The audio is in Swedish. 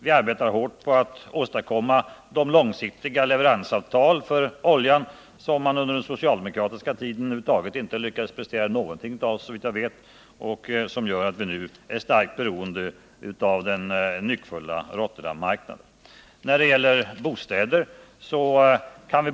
Vi arbetar hårt för att åstadkomma långsiktiga leveransavtal för oljan, vilket man under den socialdemokratiska tiden inte lyckades prestera över huvud taget; det gör att vi nu är starkt beroende av den nyckfulla Rotterdammarknaden.